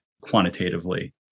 quantitatively